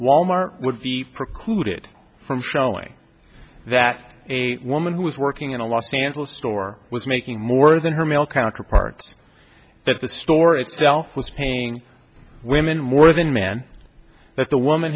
wal mart would be precluded from showing that a woman who was working in a los angeles store was making more than her male counterparts that the store itself was paying women more than men that the woman